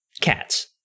Cats